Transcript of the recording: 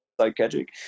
psychiatric